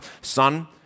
son